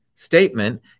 Statement